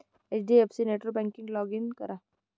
HDFC नेटबँकिंगवर log in करा